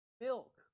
milk